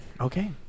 okay